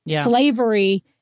slavery